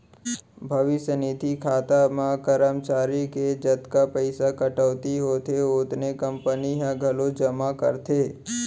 भविस्य निधि खाता म करमचारी के जतका पइसा कटउती होथे ओतने कंपनी ह घलोक जमा करथे